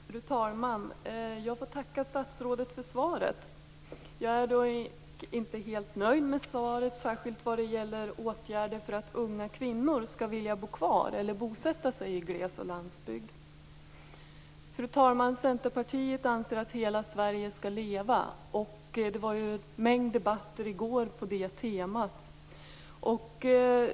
Fru talman! Jag tackar statsrådet för svaret. Jag är inte helt nöjd med svaret, och det gäller särskilt åtgärder för att unga kvinnor skall vilja bo kvar eller bosätta sig i gles och landsbygd. Fru talman! Centerpartiet anser att hela Sverige skall leva. Det var en mängd debatter i går på detta tema.